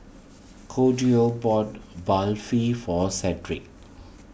Claudio bought Barfi for Shedrick